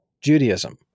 Judaism